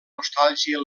nostàlgia